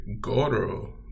Goro